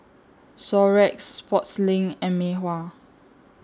Xorex Sportslink and Mei Hua